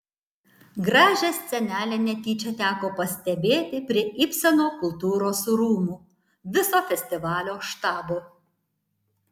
gražią scenelę netyčia teko pastebėti prie ibseno kultūros rūmų viso festivalio štabo